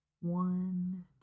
One